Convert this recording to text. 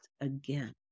again